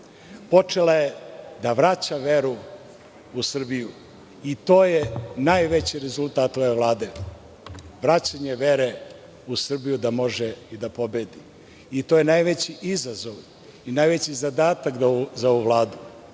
Počela je da vraća veru u Srbiju i to je najveći rezultat ove Vlade, vraćanje vere u Srbiju da može i da pobedi. I to je najveći izazov i najveći zadatak za ovu Vladu,